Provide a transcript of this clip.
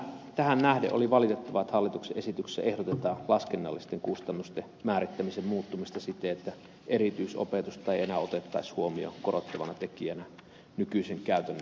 tähän nähden oli valitettavaa että hallituksen esityksessä ehdotetaan laskennallisten kustannusten määrittämisen muuttumista siten että erityisopetusta ei enää otettaisi huomioon korottavana tekijänä nykyisen käytännön mukaan